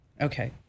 Okay